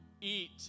eat